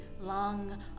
long